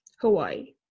Hawaii